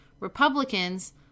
Republicans